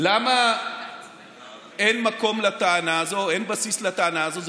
למה אין מקום לטענה הזאת, אין בסיס לטענה הזאת?